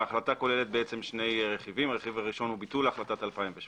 ההחלטה כוללת שני רכיבים: הראשון הוא ביטול החלטת 2017,